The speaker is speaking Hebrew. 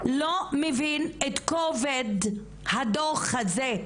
לא מבין את כובד הדוח הזה.